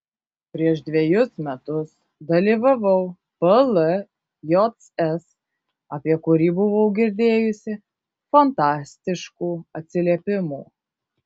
prieš dvejus metus dalyvavau pljs apie kurį buvau girdėjusi fantastiškų atsiliepimų